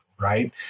right